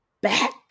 back